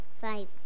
five